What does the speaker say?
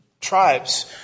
tribes